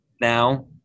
now